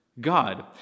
God